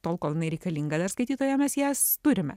tol kol jinai reikalinga dar skaitytojam mes jas turime